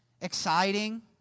exciting